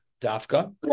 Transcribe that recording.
dafka